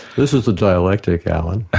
this is the dialectic, alan.